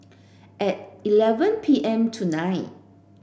at eleven P M tonight